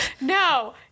No